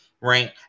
right